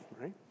right